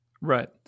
Right